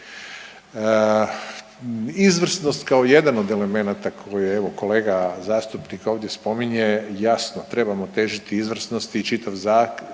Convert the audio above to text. Izvrsnost kao jedan od elemenata koje evo kolega zastupnik ovdje spominje jasno trebamo težiti izvrsnosti i čitav zakon